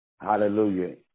Hallelujah